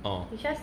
oh